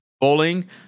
bowling